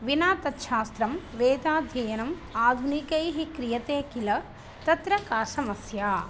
विना तत् शास्त्रं वेदाध्ययनम् आधुनिकैः क्रियते किल तत्र का समस्या